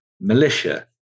militia